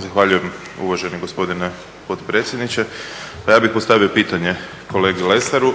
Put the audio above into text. Zahvaljujem uvaženi gospodine potpredsjedniče. Pa ja bih postavio pitanje kolegi Lesaru,